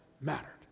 mattered